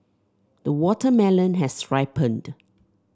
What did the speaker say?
the watermelon has ripened